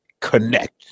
connect